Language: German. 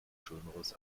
schöneres